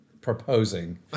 proposing